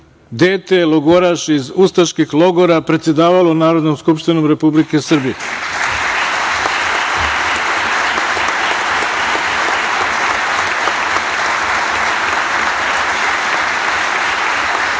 dete logoraš iz ustaških logora predsedavalo Narodnom skupštinom Republike Srbije. Ona